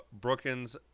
Brookins